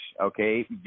okay